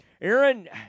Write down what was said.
Aaron